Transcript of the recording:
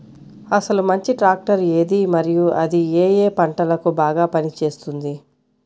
అసలు మంచి ట్రాక్టర్ ఏది మరియు అది ఏ ఏ పంటలకు బాగా పని చేస్తుంది?